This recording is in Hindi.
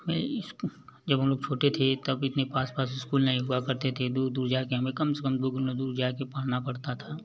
में इस जब हम लोग छोटे थे तब इतने पास पास स्कूल नहीं हुआ करते थे दूर दूर जा कर कम से कम दुगुना दूर जा कर हमें पढ़ना पड़ता था